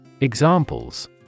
Examples